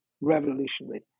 revolutionary